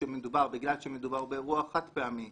בגלל שמדובר באירוע חד-פעמי